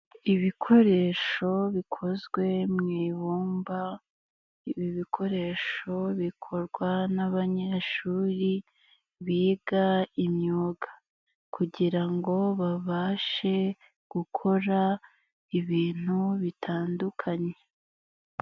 Ibikoresho bikozwe mu ibumba, ibi bikoresho bikorwa n'abanyeshuri biga imyuga kugira ngo babashe gukora ibintu bitandukanye.